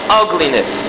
ugliness